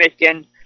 Michigan